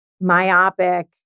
myopic